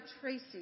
Tracy